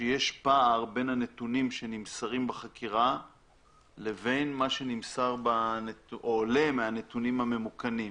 ושיש פער בין הנתונים שנמסרים בחקירה לבין מה שעולה מהנתונים הממוכנים.